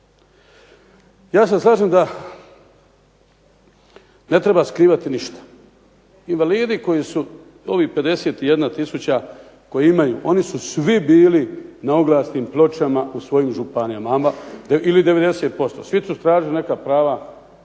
Ja se slažem da ne treba skrivati ništa. Invalidi koji ovih 51000 koji imaju, oni su svi bili na oglasnim pločama u svojim županijama ili 90%. Svi su tražili neka prava